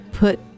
Put